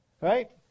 Right